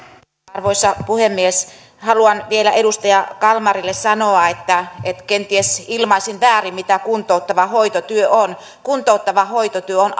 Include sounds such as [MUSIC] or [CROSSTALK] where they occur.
arvoisa puhemies haluan vielä edustaja kalmarille sanoa että kenties ilmaisin väärin mitä kuntouttava hoitotyö on kuntouttava hoitotyö on [UNINTELLIGIBLE]